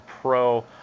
pro